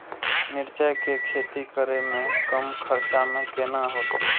मिरचाय के खेती करे में कम खर्चा में केना होते?